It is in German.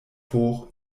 hoch